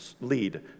lead